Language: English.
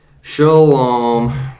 Shalom